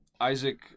Isaac